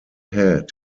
head